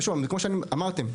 וכמו שאמרתם,